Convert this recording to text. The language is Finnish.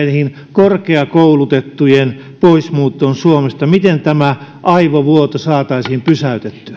korkeakoulutettujen pois muuttoon suomesta miten tämä aivovuoto saataisiin pysäytettyä